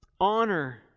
honor